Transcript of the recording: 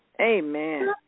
Amen